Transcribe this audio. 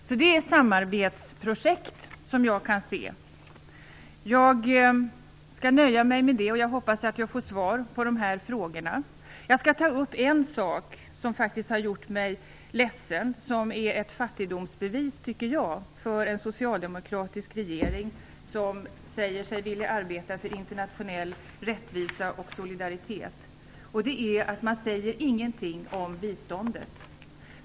Det är alltså ett samarbetsprojekt som jag kan se. Jag skall nöja mig med detta. Jag hoppas att jag får svar på de här frågorna. Jag skall också ta upp en sak som har gjort mig ledsen och som jag tycker är ett fattigdomsbevis för en socialdemokratisk regering, som säger sig vilja arbeta för internationell rättvisa och solidaritet. Det är att regeringen inte säger någonting om biståndet.